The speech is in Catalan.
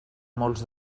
molts